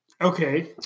Okay